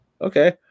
Okay